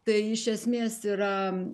tai iš esmės yra